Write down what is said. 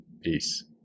peace